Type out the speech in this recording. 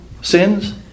sins